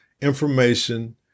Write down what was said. information